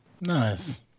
Nice